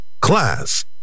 Class